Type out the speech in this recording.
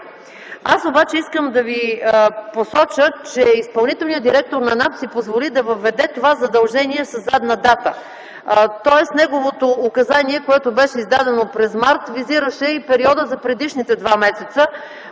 обаче да Ви посоча, че изпълнителният директор на НАП си позволи да въведе това задължение със задна дата, тоест неговото указание, издадено през март, визираше периода и за предишните два месеца,